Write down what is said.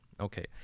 Okay